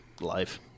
life